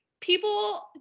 people